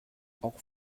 auch